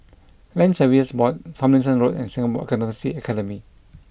Land Surveyors Board Tomlinson Road and Singapore Accountancy Academy